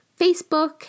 Facebook